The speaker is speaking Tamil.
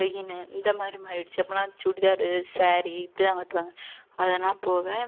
லெகின் இந்தமாதிரி மாறிடுச்சு அப்போலாம் சுடிதார் சாரி இப்படிதா கட்டுவாங்க அதேலாம் போக